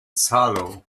salo